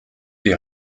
die